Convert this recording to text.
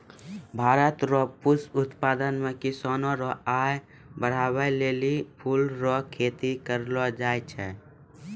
भारत रो पुष्प उत्पादन मे किसानो रो आय बड़हाबै लेली फूल रो खेती करलो जाय छै